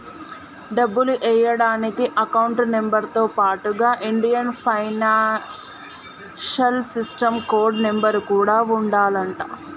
డబ్బులు ఎయ్యడానికి account number తో పాటుగా Indian financial system code number కూడా ఉండాలంట